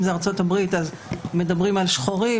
אם זה בארצות-הברית מדברים על שחורים,